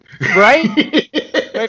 Right